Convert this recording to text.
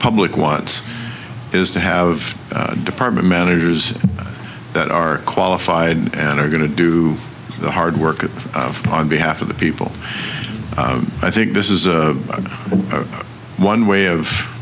public wants is to have department managers that are qualified and are going to do the hard work on behalf of the people i think this is one way of